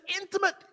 intimate